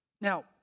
Now